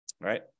right